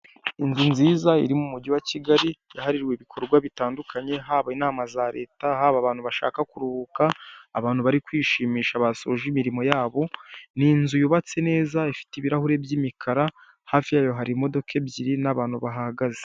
Inzu nziza iri mu mugi wa Kigali yahariwe ibikorwa bitandukanye haba inama za leta hafi yayo hari imodoka ebyiri n'abantu bahahagaze.